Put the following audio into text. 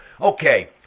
okay